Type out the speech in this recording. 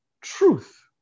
truth